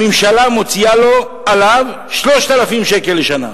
הממשלה מוציאה 3,000 שקל בשנה,